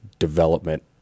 development